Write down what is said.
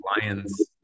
lion's